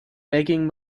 begging